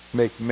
make